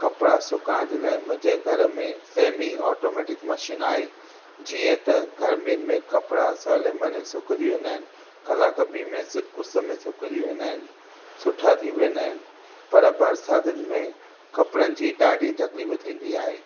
कपड़ा सुकाइण जे लाइ मुंहिंजे घर में सेमी ऑटोमेटिक मशीन आहे जिअं त गर्मियुनि में कपड़ा सोहले मने सुकिजी वेंदा आहिनि कलाक ॿीं में उस में सुकिजी वेंदा आहिनि सुठा थी वेंदा आहिनि पर बरसातुनि में कपड़न जी ॾाढी तकलीफ़ थींदी आहे